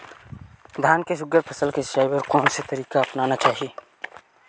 धान के सुघ्घर फसल के सिचाई बर कोन से तरीका अपनाना चाहि?